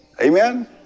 Amen